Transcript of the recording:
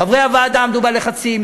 חברי הוועדה עמדו בלחצים,